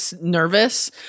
nervous